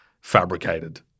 fabricated